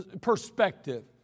perspective